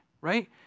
right